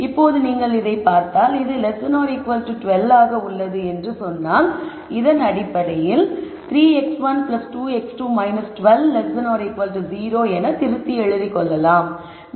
இப்போது நீங்கள் இதைப் பார்த்தால் இது 12 ஆக உள்ளது என்று சொன்னால் இதை அடிப்படையில் 3 x1 2 x2 12 0 என திருத்தி எழுதிக் கொள்ளலாம்